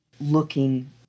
looking